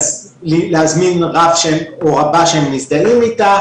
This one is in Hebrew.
להזמין רב או רבה שהם מזדהים איתם,